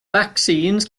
vaccines